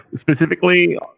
specifically